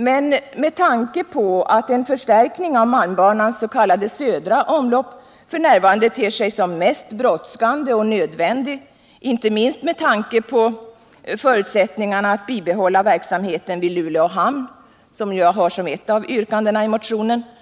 Men med tanke på att en förstärkning av malmbanans s.k. södra område f. n. ter sig som mest brådskande och nödvändig — inte minst med tanke på förutsättningarna att bibehålla verksamheten vid Luleå hamn